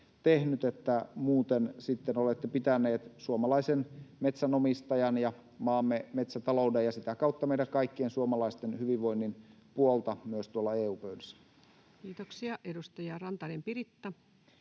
kuin muuten sitten pitänyt suomalaisen metsänomistajan ja maamme metsätalouden ja sitä kautta meidän kaikkien suomalaisten hyvinvoinnin puolta myös tuolla EU-pöydissä. [Speech 121] Speaker: